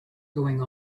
going